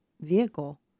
vehicle